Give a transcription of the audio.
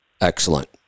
Excellent